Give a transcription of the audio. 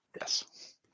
Yes